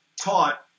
taught